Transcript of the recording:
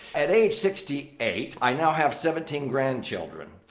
at age sixty eight, i now have seventeen grandchildren.